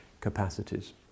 capacities